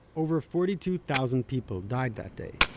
over forty-two thousand people died that day